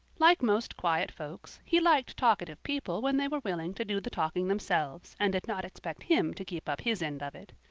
like most quiet folks he liked talkative people when they were willing to do the talking themselves and did not expect him to keep up his end of it.